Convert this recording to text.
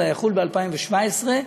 אלא ב-2017,